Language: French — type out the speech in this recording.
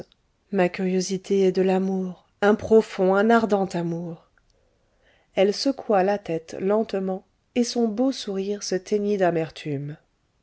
ma curiosité est que l'amour un profond un ardent amour elle secoua la tête lentement et son beau sourire se teignit d'amertume